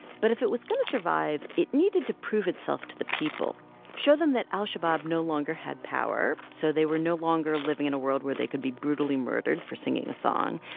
but if it was going to survive, it needed to prove itself to the people show them that al-shabab no longer had power so they were no longer living in a world where they could be brutally murdered for singing a song.